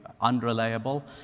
unreliable